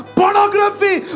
pornography